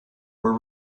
were